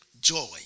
Joy